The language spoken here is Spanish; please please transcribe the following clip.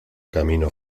camino